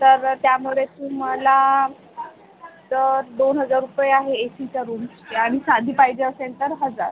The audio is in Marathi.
तर त्यामुळे तुम्हाला तर दोन हजार रुपये आहे एसीच्या रूम्सचे आणि साधी पाहिजे असेल तर हजार